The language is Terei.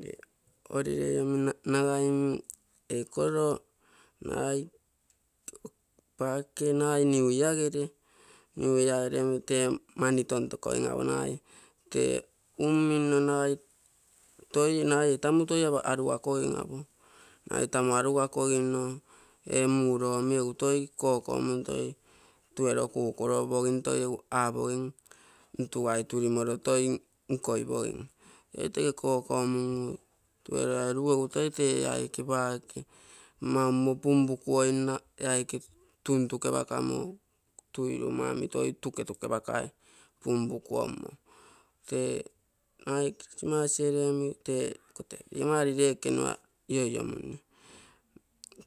Lee holiday ee minno nagai mm ee koro mm nagai paake, nagai new year gere, new year tee mani tontokoing apo, mu nagai, tee ung minno nagai, ee tamu toi anarukogin apoi nagai tamu arukogimo e muro-omi egu toi kokomun toi twelve kukuropogim, egu apogim ntuguiturimoro toi nkoipogim. Toi tege kokomungu twelve erugu egu toi tee aike paake mau moriro punpuku ommo tee aike tuntuke paakomo, tuiruma omi toi tuketukepakomo punpukumommo. Tee nagai christmas ere omi tee iko tee ligomma holiday ekenua ioiomunne.